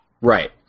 Right